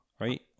right